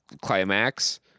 climax